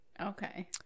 Okay